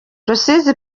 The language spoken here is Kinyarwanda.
rusizi